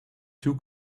two